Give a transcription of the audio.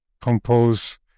compose